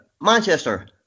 Manchester